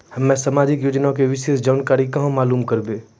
हम्मे समाजिक योजना के विशेष जानकारी कहाँ मालूम करबै?